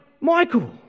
Michael